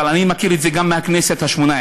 אבל אני מכיר את זה גם מהכנסת השמונה-עשרה.